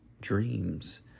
dreams